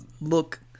look